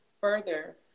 further